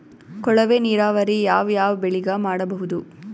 ಕೊಳವೆ ನೀರಾವರಿ ಯಾವ್ ಯಾವ್ ಬೆಳಿಗ ಮಾಡಬಹುದು?